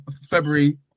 February